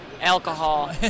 Alcohol